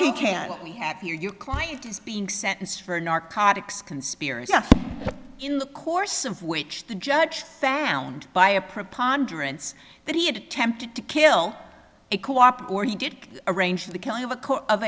you can we have your client is being sentenced for narcotics conspiracy in the course of which the judge found by a preponderance that he had attempted to kill a co op or he did arrange the killing of a